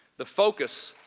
the focus.